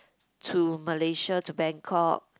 to Malaysia to Bangkok